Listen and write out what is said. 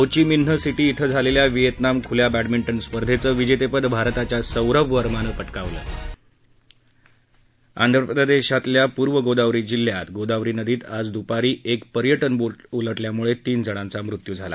हो Chi Minh City श्वे झालेल्या व्हिएतनाम खुल्या बॅडमिंटन स्पर्धेचं विजेतेपद भारताच्या सौरभ वर्मानं पटकावलं आंध्रप्रदेशातल्या पूर्व गोदावरी जिल्ह्यात गोदावरी नदीत आज दुपारी एक पर्यटन बोट उलटल्यामुळे तीन जणांचा मृत्यू झाला